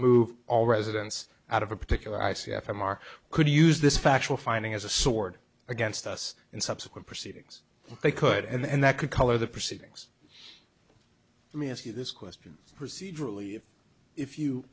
move all residents out of a particular i c f m r could use this factual finding as a sword against us in subsequent proceedings they could and that could color the proceedings let me ask you this question procedurally if you